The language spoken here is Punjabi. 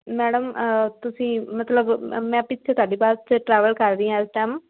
ਮੈਡਮ ਤੁਸੀਂ ਮਤਲਬ ਮੈਂ ਪਿੱਛੇ ਤੁਹਾਡੀ ਬਸ 'ਚ ਟਰੈਵਲ ਕਰ ਰਹੀ ਹਾਂ ਇਸ ਟੇਮ